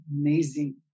amazing